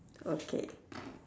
okay